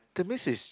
that means is